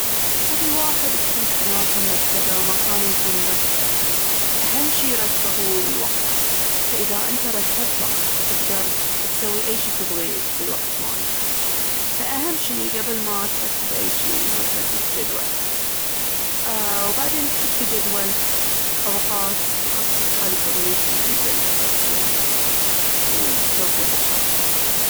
حق الواحد تكون حياته مرتبة ومكانه يكون مرتب، اهم شي يرتب هو الوقت. فإذا انته رتبت وقتك تقدر تسوي أي شي تبغيه في الوقت مالك. فأهم شي قبل ما ترتب أي شي هو ترتب جدولك. أأ- وبعدين تحط في جدولك أوقات تخصصها لتنظيف المنزل وترتيبه. وبالتوفيق ان شاء الله.